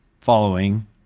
following